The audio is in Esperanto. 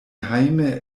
hejme